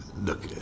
look